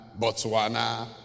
Botswana